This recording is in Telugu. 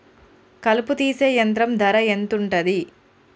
కలుపు తీసే యంత్రం ధర ఎంతుటది?